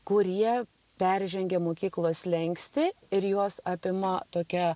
kurie peržengia mokyklos slenkstį ir juos apima tokia